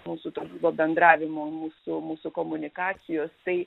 mūsų to to bendravimo mūsų mūsų komunikacijos tai